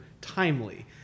timely